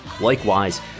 likewise